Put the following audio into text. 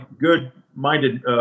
good-minded